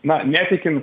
na netikin